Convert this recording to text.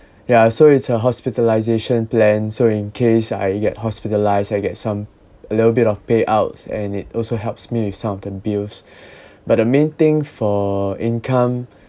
yeah so it's a hospitalisation plan so in case I get hospitalised I get some a little bit of payouts and it also helps me with some of the bills but the main thing for income